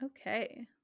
Okay